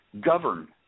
govern